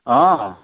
অঁ